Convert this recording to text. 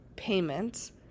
payments